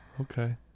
okay